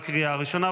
לקריאה הראשונה.